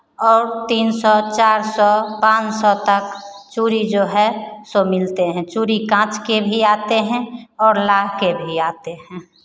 और तीन सौ चार सौ पाँच सौ तक चूड़ी जो है सो मिलते हैं चूड़ी कांच के भी आते हैं और लाह के भी आते हैं